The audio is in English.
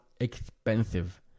expensive